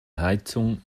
heizung